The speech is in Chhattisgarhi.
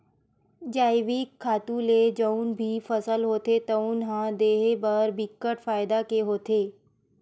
जइविक खातू ले जउन भी फसल होथे तउन ह देहे बर बिकट फायदा के होथे